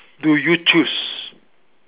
do you choose